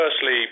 firstly